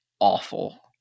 awful